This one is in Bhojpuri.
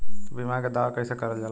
बीमा के दावा कैसे करल जाला?